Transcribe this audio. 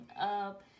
up